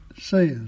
says